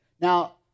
Now